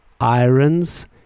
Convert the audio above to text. irons